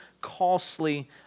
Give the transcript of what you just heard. costly